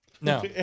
no